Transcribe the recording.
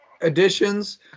additions